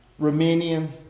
Romanian